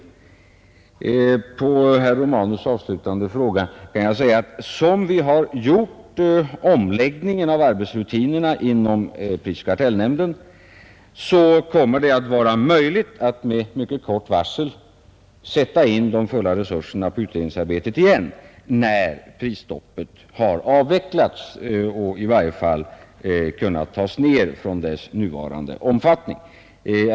ningsverksamhet vid På herr Romanus” avslutande fråga kan jag svara att som vi har gjort förlängning av prisomläggningen av arbetsrutinerna inom prisoch kartellnämnden, så stoppet kommer det att vara möjligt att med mycket kort varsel sätta in de fulla resurserna på utredningsarbetet igen, när prisstoppet har avvecklats eller i varje fall kunnat tas ned från nuvarande omfattning.